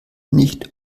nicht